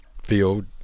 field